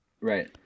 Right